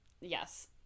Yes